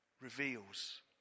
reveals